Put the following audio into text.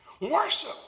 worship